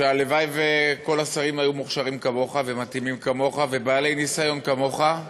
שהלוואי שכל השרים היו מוכשרים כמוך ומתאימים כמוך ובעלי ניסיון כמוך.